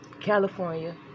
california